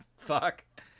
Fuck